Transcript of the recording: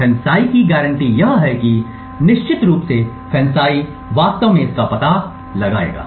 FANCI की guarantee यह है कि निश्चित रूप से FANCI वास्तव में इसका पता लगाएगा